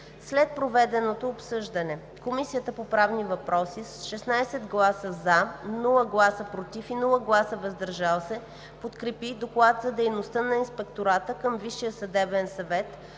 След проведеното обсъждане Комисията по правни въпроси с 16 гласа „за“, без „против“ и „въздържал се“ подкрепи Доклад за дейността на Инспектората към Висшия съдебен съвет